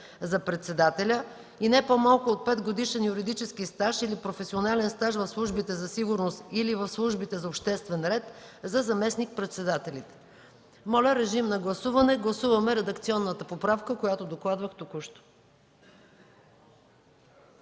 за председателя, и не по-малко от 5-годишен юридически стаж или професионален стаж в службите за сигурност или в службите за обществен ред – за заместник-председателите;”. Моля, режим на гласуване – гласуваме редакционната поправка, която докладвах току-що.